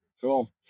Cool